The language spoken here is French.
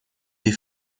des